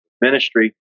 ministry